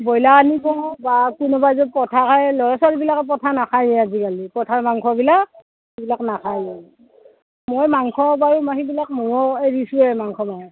broiler আনিব বা কোনোবাই যদি পঠা খায় ল'ৰা ছোৱালীবিলাকে পঠা নাখায় আজিকালি পঠাৰ মাংসবিলাক এইবিলাক নাখায় মই মাংস বাৰু মই সেইবিলাক এৰিছোঁৱেই মাংস মই